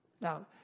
Now